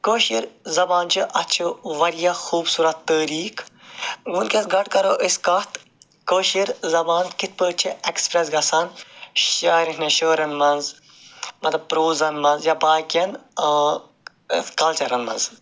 کٲشٕر زبان چھِ اَتھ چھِ واریاہ خوٗبصوٗرَت تٲریٖخ وٕنۍکٮ۪س گۄڈٕ کَرَو أسۍ کَتھ کٲشٕر زبان کِتھ پٲٹھۍ چھِ اٮ۪کٕسپرٛٮ۪س گژھان شاعرَن ہٕنٛدٮ۪ن شعرَن منٛز مطلب پرٛوزَن منٛز یا باقِیَن کَلچَرَن منٛز